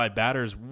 batters